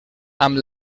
amb